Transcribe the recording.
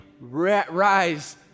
rise